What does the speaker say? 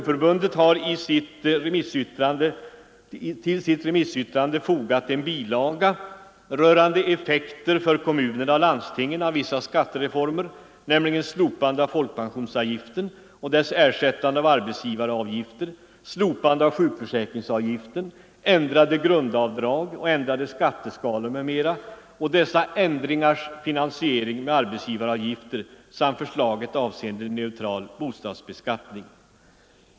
Förbundet har till sitt remissyttrande fogat en bilaga rörande effekter för kommunerna och landstingen av vissa skattereformer, nämligen slopande av folkpensionsavgiften och dess ersättande av arbetsgivaravgifter, slopande av sjukförsäkringsavgiften, ändrade grundavdrag och ändrade skatteskalor m.m. och dessa ändringars finansiering med arbetsgivaravgifter samt förslaget avseende neutral bostadsbeskattning.